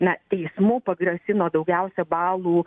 na teismu pagrasino daugiausia balų